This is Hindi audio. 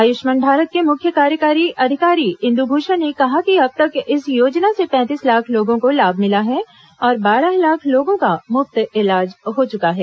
आयुष्मान भारत के मुख्य कार्यकारी अधिकारी इंदु भूषण ने कहा कि अब तक इस योजना से पैंतीस लाख लोगों को लाभ मिला है और बारह लाख लोगों का मुफ्त इलाज हो चुका है